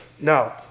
No